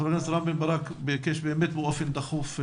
חבר הכנסת רם בן ברק ביקש באמת באופן דחוף.